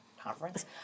conference